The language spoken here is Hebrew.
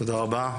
תודה רבה.